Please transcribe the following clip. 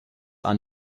are